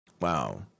Wow